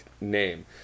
name